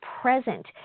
present